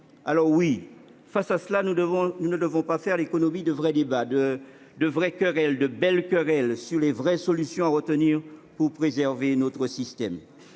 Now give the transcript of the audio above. Alors, oui ! face à cela, nous ne devons pas faire l'économie de vrais débats, de belles querelles sur les vraies solutions à retenir pour préserver notre système.